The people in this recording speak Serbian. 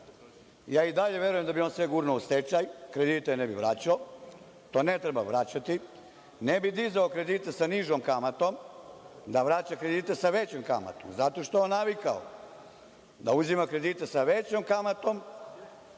to, i dalje verujem da bi on sve gurnuo u stečaj, kredite ne bi vraćao, to ne treba vraćati. Ne bi dizao kredite sa nižom kamatom, da vraća kredite sa većom kamatom, zato što je on navikao da uzima kredite sa većom kamatom,